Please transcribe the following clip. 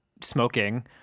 smoking